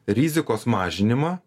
rizikos mažinimą